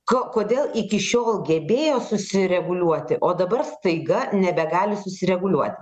ko kodėl iki šiol gebėjo susireguliuoti o dabar staiga nebegali susireguliuoti